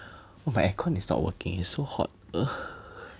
oh my aircon is not working it's so hot ugh